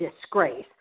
disgrace